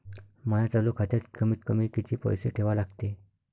माया चालू खात्यात कमीत कमी किती पैसे ठेवा लागते?